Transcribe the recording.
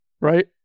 Right